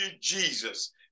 Jesus